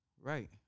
Right